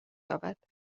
یابد